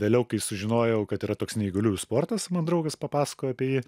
vėliau kai sužinojau kad yra toks neįgaliųjų sportas man draugas papasakojo apie jį